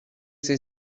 سری